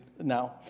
now